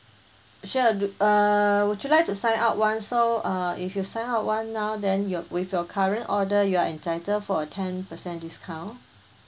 sure do uh would you like to sign up one so uh if you sign up one now then your with your current order you are entitled for a ten percent discount